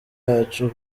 yacu